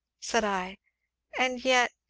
said i and yet,